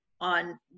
on